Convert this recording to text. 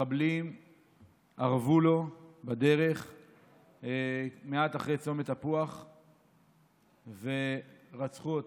מחבלים ארבו לו בדרך מעט אחרי צומת תפוח ורצחו אותו.